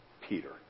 Peter